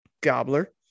gobbler